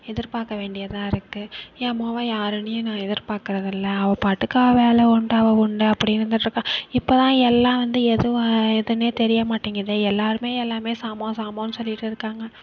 எதிர்பார்க்க வேண்டியதாக இருக்குது என் மவ யாரன்னயுமே நான் எதிர்பார்க்குறதில்ல அவள் பாட்டுக்கு வேலை உண்டு அவள் உண்டு அப்படின்னு இருந்துட்டு இருக்காள் இப்போ தான் எல்லாம் வந்து எதுவாக எதுனே தெரியமாட்டேங்கிதே எல்லாருமே எல்லாமே சாமா சாமானு சொல்லிட்டு இருக்காங்க